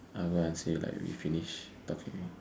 I'll go out and say like we finish talking already